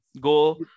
Go